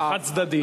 החד-צדדית.